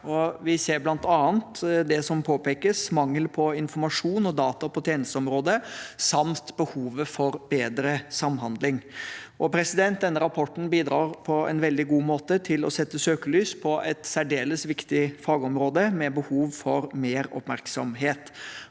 Vi ser bl.a. det som påpekes: mangel på informasjon og data på tjenesteområdet samt behovet for bedre samhandling. Denne rapporten bidrar på en veldig god måte til å sette søkelys på et særdeles viktig fagområde med behov for mer oppmerksomhet.